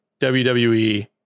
WWE